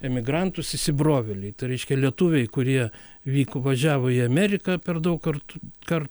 emigrantus įsibrovėliai tai reikia lietuviai kurie vyko važiavo į ameriką per daug kartu kar